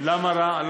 למה רע?